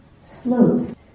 slopes